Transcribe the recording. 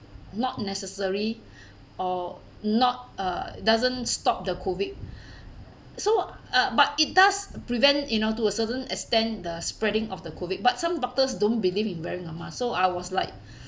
not necessary or not uh doesn't stop the COVID so uh but it does prevent you know to a certain extend the spreading of the COVID but some doctors don't believe in wearing a mask so I was like